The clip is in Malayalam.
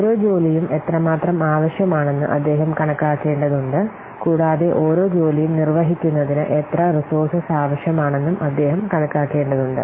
ഓരോ ജോലിയും എത്രമാത്രം ആവശ്യമാണെന്ന് അദ്ദേഹം കണക്കാക്കേണ്ടതുണ്ട് കൂടാതെ ഓരോ ജോലിയും നിർവഹിക്കുന്നതിന് എത്ര റെസോര്സേസ് ആവശ്യമാണെന്നും അദ്ദേഹം കണക്കാക്കേണ്ടതുണ്ട്